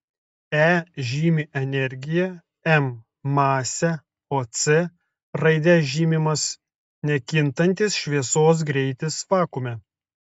e žymi energiją m masę o c raide žymimas nekintantis šviesos greitis vakuume